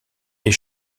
est